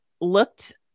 looked